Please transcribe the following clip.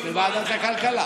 לוועדת הכלכלה.